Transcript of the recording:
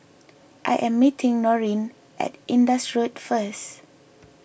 I am meeting Norene at Indus Road first